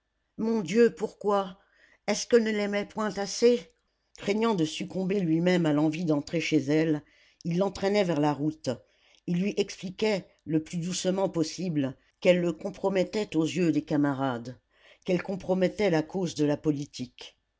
mon dieu pourquoi est-ce qu'elle ne l'aimait point assez craignant de succomber lui-même à l'envie d'entrer chez elle il l'entraînait vers la route il lui expliquait le plus doucement possible qu'elle le compromettait aux yeux des camarades qu'elle compromettait la cause de la politique